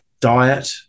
diet